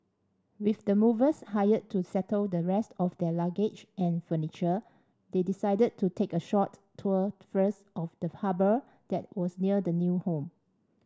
with the movers hired to settle the rest of their luggage and furniture they decided to take a short tour first of the harbour that was near their new home